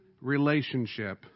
relationship